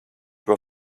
were